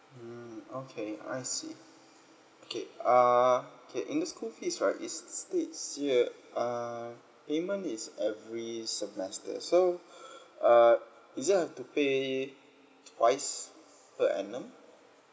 mm okay I see okay uh okay in the school fees right it states here uh payment is every semester so uh is it I have to pay twice per annum